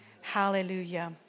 Hallelujah